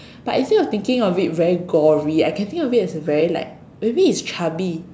but instead of thinking of it very gory I can think of it as a very like maybe it's chubby